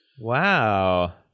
Wow